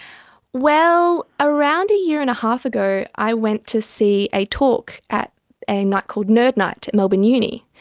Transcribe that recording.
well, around a year and a half ago i went to see a talk at a night called nerd night at melbourne uni,